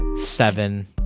seven